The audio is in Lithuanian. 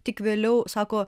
tik vėliau sako